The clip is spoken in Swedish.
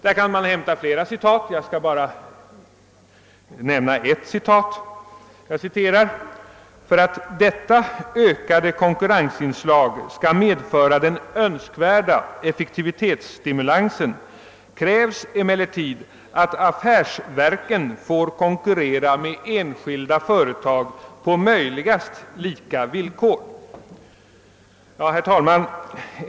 Ur det betänkandet kan man hämta flera citat, exempelvis detta: »För att detta ökade konkurrensinslag skall medföra den önskvärda effektivitetsstimulansen krävs emellertid att affärsverken får konkurrera med enskilda företag på möjligast lika villkor.» Herr talman!